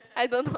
I don't know